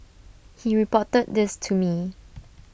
he reported this to me